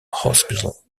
hospital